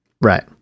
Right